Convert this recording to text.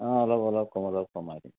অঁ অলপ অলপ অলপ কমাই দিম